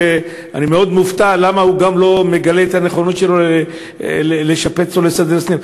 ואני מאוד מופתע למה הוא לא מגלה את הנכונות לשפץ ולסדר את הסניף.